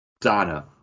Donna